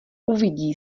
uvidí